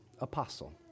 Apostle